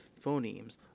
phonemes